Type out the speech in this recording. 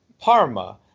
Parma